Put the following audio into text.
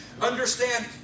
understand